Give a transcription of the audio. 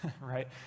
right